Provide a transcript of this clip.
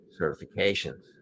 certifications